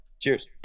Cheers